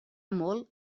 molt